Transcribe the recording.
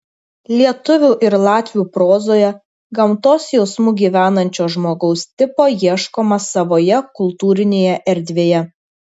lietuvių ir latvių prozoje gamtos jausmu gyvenančio žmogaus tipo ieškoma savoje kultūrinėje erdvėje